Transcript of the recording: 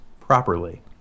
properly